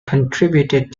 contributed